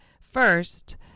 first